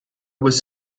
was